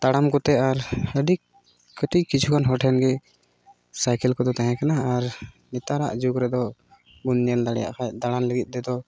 ᱛᱟᱲᱟᱢ ᱠᱚᱛᱮ ᱟᱨ ᱟᱹᱰᱤ ᱠᱟᱹᱴᱤᱡ ᱠᱤᱪᱷᱩᱜᱟᱱ ᱦᱚᱲ ᱴᱷᱮᱱ ᱜᱮ ᱥᱟᱭᱠᱮᱹᱞ ᱠᱚᱫᱚ ᱛᱟᱦᱮᱸ ᱠᱟᱱᱟ ᱟᱨ ᱱᱮᱛᱟᱨᱟᱜ ᱡᱩᱜᱽ ᱨᱮᱫᱚ ᱵᱚᱱ ᱧᱮᱞ ᱫᱟᱲᱮᱭᱟᱜ ᱠᱷᱟᱱ ᱫᱟᱬᱟᱱ ᱞᱟᱹᱜᱤᱫ ᱛᱮᱫᱚ